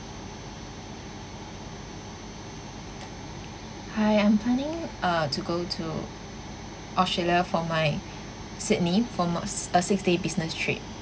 hi I'm planning uh to go to australia for my sydney for uh s~ a six day business trip